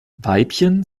weibchen